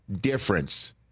difference